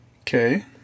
Okay